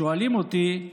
שואלים אותי: